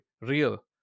real